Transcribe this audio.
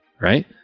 right